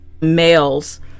males